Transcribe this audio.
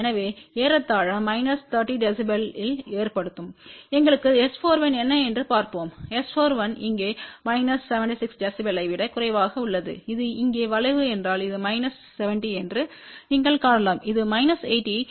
எனவே ஏறத்தாழ minus 30 decibel இல் ஏற்படுத்தும் எங்களுக்கு S41 என்ன என்று பார்ப்போம் S41இங்கே மைனஸ் 76 dBயை விட குறைவாக உள்ளது இது இங்கே வளைவு என்றால் இது மைனஸ் 70 என்று நீங்கள் காணலாம் இது மைனஸ் 80 ஆகும்